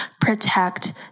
Protect